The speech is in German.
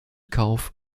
kauf